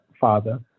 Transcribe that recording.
Father